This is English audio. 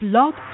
Blog